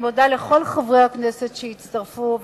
אני מודה לכל חברי הכנסת שהצטרפו,